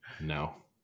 No